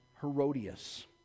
Herodias